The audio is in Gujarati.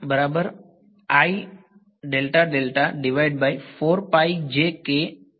વિદ્યાર્થી